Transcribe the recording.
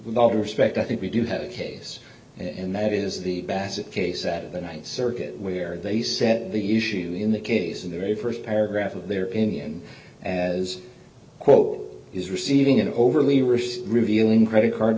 all respect i think we do have a case and that is the basket case that the ninth circuit where they set the issues in the case in the very first paragraph of their opinion as quote is receiving an overly were revealing credit card